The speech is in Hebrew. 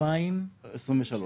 מרס 2023,